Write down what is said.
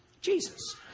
Jesus